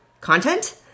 content